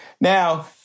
Now